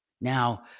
Now